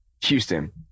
Houston